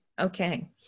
Okay